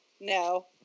no